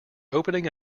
opening